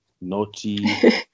naughty